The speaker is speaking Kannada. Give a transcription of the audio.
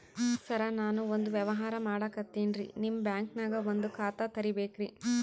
ಸರ ನಾನು ಒಂದು ವ್ಯವಹಾರ ಮಾಡಕತಿನ್ರಿ, ನಿಮ್ ಬ್ಯಾಂಕನಗ ಒಂದು ಖಾತ ತೆರಿಬೇಕ್ರಿ?